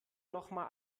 nochmal